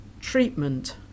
treatment